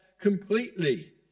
completely